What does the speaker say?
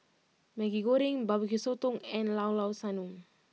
Maggi Goreng Bbq Sotong and Llao Llao Sanum